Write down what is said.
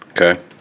Okay